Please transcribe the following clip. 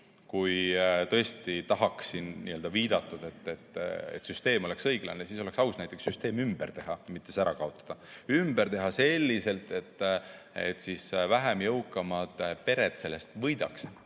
Kui tõesti tahaksime, nagu viidatud, et süsteem oleks õiglane, siis oleks aus näiteks süsteem ümber teha, mitte see ära kaotada, ümber teha selliselt, et vähem jõukad pered sellest võidaksid,